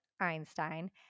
Einstein